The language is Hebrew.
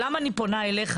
למה אני פונה אליך